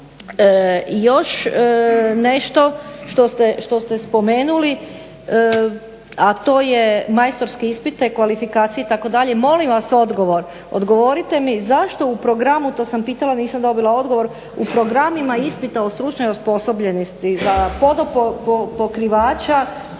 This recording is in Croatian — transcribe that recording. još nešto što ste spomenuli a to je majstorske ispite, kvalifikacije itd., molim vas odgovor, odgovorite mi zašto u programu, to sam pitala, nisam dobila